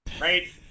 right